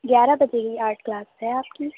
گیارہ بجے ہی آرٹ کلاس ہے آپ کی